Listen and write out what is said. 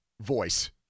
voice